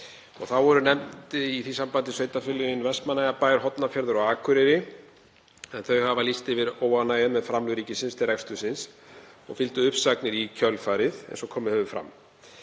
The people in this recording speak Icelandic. Þá voru nefnd í því sambandi sveitarfélögin Vestmannaeyjabæjar, Hornafjörður og Akureyri. Þau hafa lýst yfir óánægju með framlög ríkisins til rekstursins og fylgdu uppsagnir í kjölfarið eins og komið hefur fram.